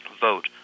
vote